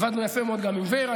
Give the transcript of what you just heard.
עבדנו יפה מאוד גם עם ור"ה,